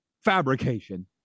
fabrication